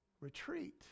retreat